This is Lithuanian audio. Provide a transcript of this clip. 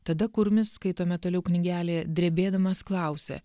tada kurmis skaitome toliau knygelėje drebėdamas klausia